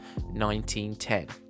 1910